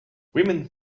women